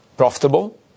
profitable